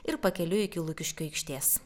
ir pakeliui iki lukiškių aikštės